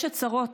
יש הצהרות.